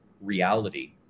reality